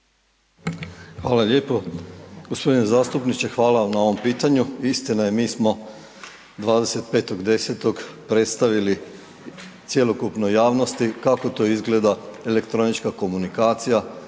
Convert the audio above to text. Hvala lijepo. g. Zastupniče hvala vam na ovom pitanju, istina je mi smo 25.10. predstavili cjelokupnoj javnosti kako to izgleda elektronička komunikacija